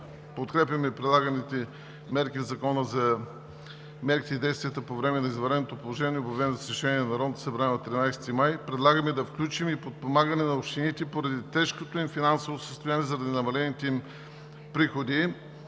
подкрепяме прилаганите мерки в Закона за мерките и действията по време на извънредното положение, обявено с решение на Народното събрание от 13 март, и предлагаме да включим и подпомагане на общините поради тежкото им финансово състояние заради намалените им приходи